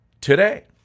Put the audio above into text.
today